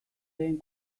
lehen